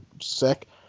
sick